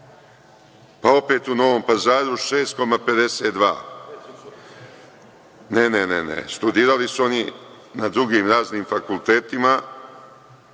Pa, opet u Novom Pazaru 6,52. Ne, studirali su oni na drugim raznim fakultetima,